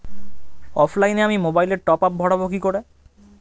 অফলাইনে আমি মোবাইলে টপআপ ভরাবো কি করে?